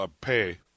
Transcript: pay